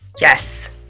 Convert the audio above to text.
Yes